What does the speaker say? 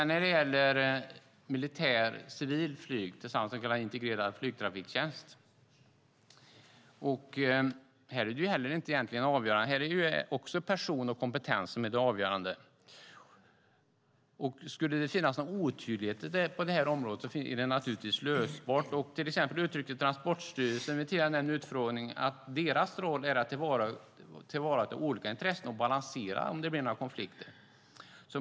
När det gäller samordning mellan militärt och civilt flyg, så kallad integrerad flygtrafiktjänst, är det också person och kompetens som är avgörande. Skulle det finnas några otydligheter på detta område är de naturligtvis lösbara. Till exempel uttryckte Transportstyrelsen vid den tidigare nämnda utfrågningen att deras roll är att tillvarata olika intressen och balansera vid konflikter.